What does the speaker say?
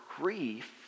grief